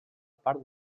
part